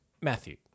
Matthew